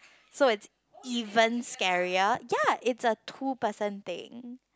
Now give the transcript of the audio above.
so it's even scarier ya it's a two person thing